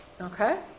okay